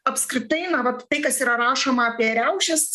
apskritai na vat tai kas yra rašoma apie riaušes